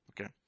Okay